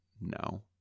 No